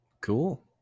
Cool